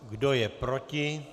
Kdo je proti?